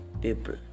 people